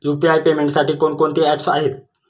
UPI पेमेंटसाठी कोणकोणती apps आहेत?